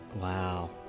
Wow